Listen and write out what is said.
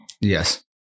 Yes